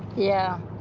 yeah.